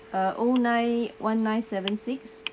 uh O nine one nine seven six